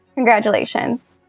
congratulations!